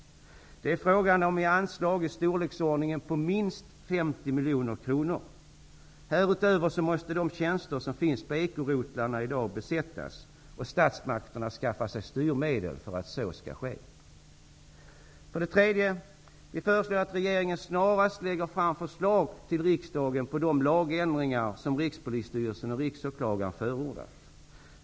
Det är fråga om anslag i storleksordningen minst 50 miljoner kronor. Härutöver måste de tjänster som finns på ekorotlarna i dag besättas och statsmakterna skaffa sig styrmedel för att så skall kunna ske. För det tredje: Vi föreslår att regeringen snarast lägger fram förslag till riksdagen om de lagändringar som rikspolisstyrelsen och riksåklagaren förordat.